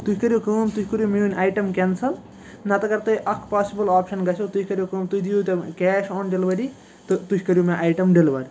تُہۍ کٔرو کٲم تُہۍ کٔرو میٲنۍ آیٹَم کٮ۪نسَل نَتہٕ اگر تۄہہِ اَکھ پاسِبُل آپشَن گژھیو تُہۍ کٔرو کٲم تُہۍ دِیو تِم کیش آن ڈیلوری تہٕ تُہۍ کٔرو مےٚ آیٹَم ڈیلوَر